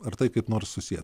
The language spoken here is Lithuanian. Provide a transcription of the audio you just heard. ar tai kaip nors susiję